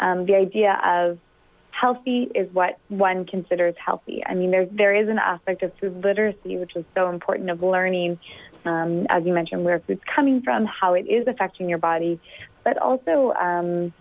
the idea of healthy is what one considers healthy i mean there there is an aspect of to literacy which is so important of learning as you mentioned where goods coming from how it is affecting your body but also